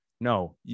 No